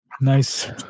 Nice